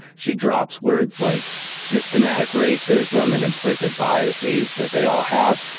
she drops words like systematic racism and implicit biases that they all have,